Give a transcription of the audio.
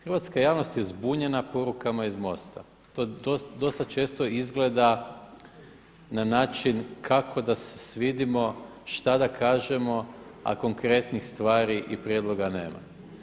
Hrvatska javnost je zbunjena porukama iz MOST-a, to dosta često izgleda na način kako da se svidimo, šta da kažemo a konkretnih stvari i prijedloga nema.